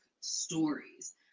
stories